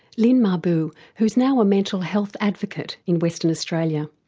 lyn mahboub, who who is now a mental health advocate in western australia.